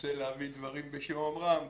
מנסה להביא דברים בשם אומרם,